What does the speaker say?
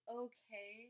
okay